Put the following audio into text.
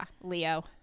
Leo